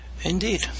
Indeed